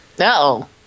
No